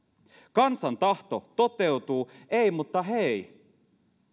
kansan tahto toteutuu ei mutta hei